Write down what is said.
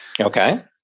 Okay